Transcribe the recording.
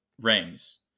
rings